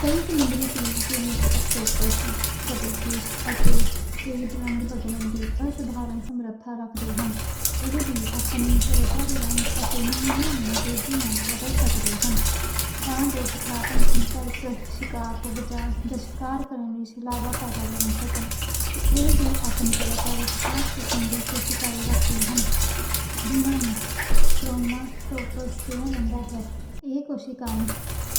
کی سمندری جیو وچ اکٹوپس، کٹل فش تے سکوئڈ رنگ بدلن دی اس طرح سمرتھا رکھ دی ہے۔ ایہ جیو اپنی توچہ دے رنگ تے نمونے نوں جدوں چاہے بدل سک دی ہے۔ تاکہ جو خطرناک سمپرک شکار توں بچائے جا شکار کرنے لئی گربھتا پیدا کر سکے۔ ایہ جیو اپنی توچہ وچ خاص قسم دے کوشکاں رکھ دی ہے۔ جنہاں نوں کرومیٹوفورس کہا جاندا ہے۔ ایہ کوشکاں